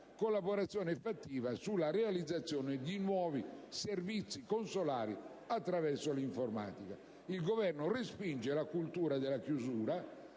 collaborazione fattiva sulla realizzazione di nuovi servizi consolari attraverso l'informatica. Il Governo respinge la cultura della chiusura